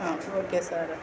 okay സാറേ